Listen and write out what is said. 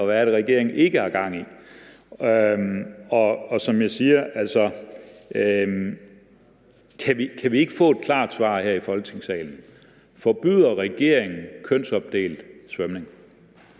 og hvad det er, regeringen ikke har gang i. Kan vi ikke få et klart svar her i Folketingssalen? Forbyder regeringen kønsopdelt svømning?